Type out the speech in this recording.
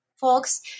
folks